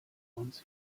ons